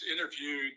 interviewed